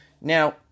Now